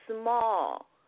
small